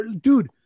Dude